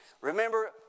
Remember